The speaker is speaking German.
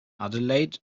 adelaide